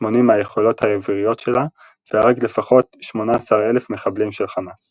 80 מהיכולות האוויריות שלה והרג לפחות 18,000 מחבלים של חמאס